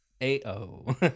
A-O